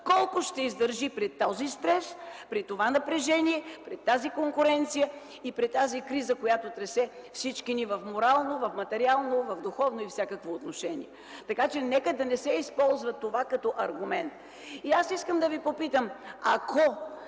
колко ще издържи при този стрес, при това напрежение, при тази конкуренция и при тази криза, която тресе всички ни в морално, в материално, в духовно – във всякакво отношение. Така че нека това да не се използва като аргумент. И аз искам да ви попитам, ако